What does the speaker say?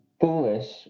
foolish